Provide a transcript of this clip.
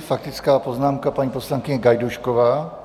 Faktická poznámka paní poslankyně Gajdůšková.